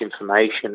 information